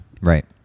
Right